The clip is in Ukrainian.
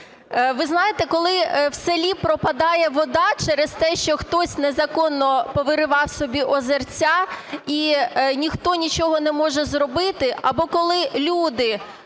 Ви знаєте, коли в селі пропадає вода через те, що хтось незаконно повиривав собі озерця і ніхто нічого не може зробити, або коли люди